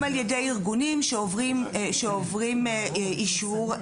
גם על ידי ארגונים שעוברים אישור.